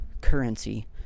currency